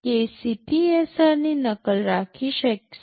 તે CPSR ની નકલ રાખી શકશે